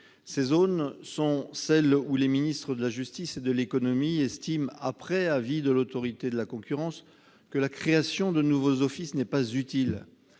Ces zones sont celles où les ministres de la justice et de l'économie estiment, après avis de l'Autorité de la concurrence, que la création de nouveaux offices n'est pas utile.